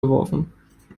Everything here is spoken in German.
geworfen